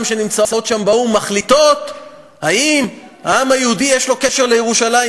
שנמצאות שם באו"ם מחליטות אם העם היהודי יש לו קשר לירושלים,